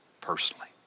personally